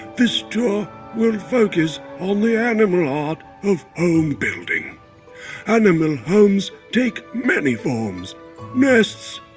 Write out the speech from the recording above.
this tour will focus on the animal art of home-building. animal homes take many forms nests,